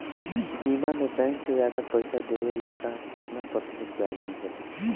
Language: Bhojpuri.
बीमा में बैंक से ज्यादा पइसा देवेला का कितना प्रतिशत ब्याज मिलेला?